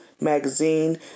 Magazine